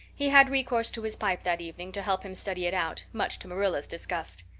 he had recourse to his pipe that evening to help him study it out, much to marilla's disgust.